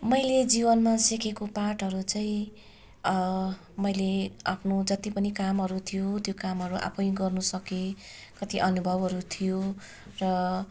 मैले जीवनमा सिकेको पाठहरू चाहिँ मैले आफ्नो जति पनि कामहरू थियो त्यो कामहरू आफै गर्न सकेँ कति अनुभवहरू थियो र